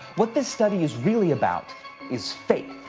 what this study is really about is faith,